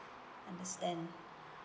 understand